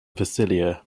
visalia